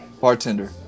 Bartender